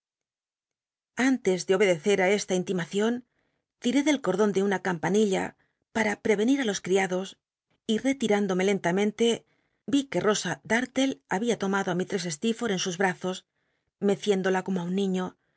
antes de obedecer á esta intimacion tiré del cordon de una campanilla para lre enil i los criados y retirándome lentamente vi que hosa dartle babia tomado á misllress stecrforth en sus brazos meciéndola como un niño